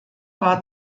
war